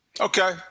Okay